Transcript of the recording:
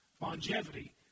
Longevity